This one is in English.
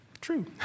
true